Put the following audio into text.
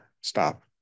stop